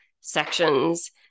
sections